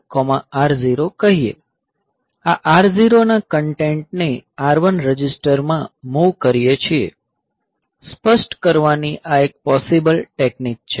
આ R0 ના content ને R1 રજિસ્ટર માં મૂવ કરીએ છીએ સ્પષ્ટ કરવાની આ એક પોસિબલ ટેક્નિક છે